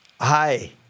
Hi